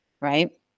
right